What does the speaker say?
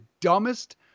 dumbest